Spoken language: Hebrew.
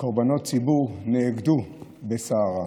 ציבור נאגדו בסערה.